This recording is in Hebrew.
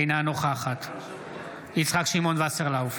אינה נוכחת יצחק שמעון וסרלאוף,